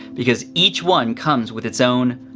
because each one comes with its own